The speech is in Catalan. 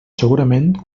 segurament